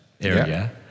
area